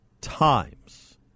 times